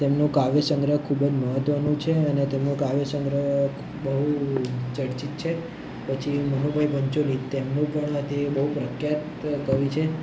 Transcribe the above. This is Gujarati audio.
તેમનું કાવ્ય સંગ્રહ ખૂબ જ મહત્ત્વનું છે અને તેમનું કાવ્ય સંગ્રહ બહુ ચર્ચિત છે પછી મનુભાઈ પંચોળી તેમનું પણ તે બહુ પ્રખ્યાત કવિ છે